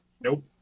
Nope